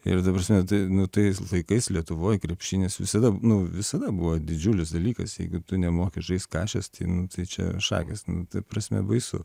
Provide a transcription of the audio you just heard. ir ta prasme nu tais laikais lietuvoj krepšinis visada nu visada buvo didžiulis dalykas jeigu tu nemoki žaist kašės tai nu tai čia šakės nu ta prasme baisu